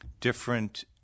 different